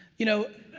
you know